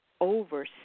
over